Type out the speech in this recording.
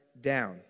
down